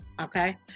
Okay